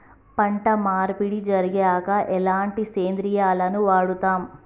పంట మార్పిడి జరిగాక ఎలాంటి సేంద్రియాలను వాడుతం?